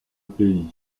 pays